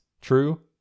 true